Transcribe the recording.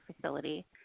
facility